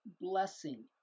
blessing